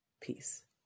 Peace